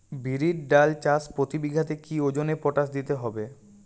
বিরির ডাল চাষ প্রতি বিঘাতে কি ওজনে পটাশ দিতে হবে?